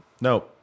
No